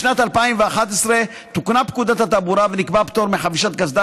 בשנת 2011 תוקנה פקודת התעבורה ונקבע פטור מחבישת קסדה